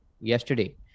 yesterday